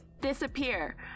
disappear